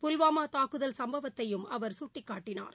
புல்வாமாதாக்குதல் சம்பவத்தையும் அவர் சுட்டிக்காட்டினார்